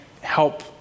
Help